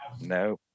No